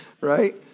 right